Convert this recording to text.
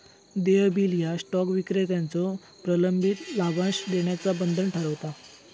देय बिल ह्या स्टॉक विक्रेत्याचो प्रलंबित लाभांश देण्याचा बंधन ठरवता